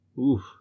Oof